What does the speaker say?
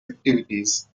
activities